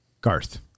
Garth